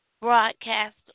broadcast